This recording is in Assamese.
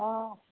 অঁ